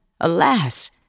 alas